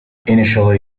initially